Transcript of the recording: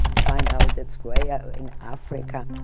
find out it's way out in africa.